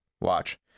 watch